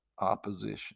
opposition